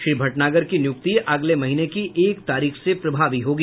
श्री भटनागर की नियुक्ति अगले महीने की एक तारीख से प्रभावी होगी